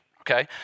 Okay